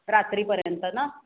रात्रीपर्यंत ना